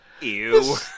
Ew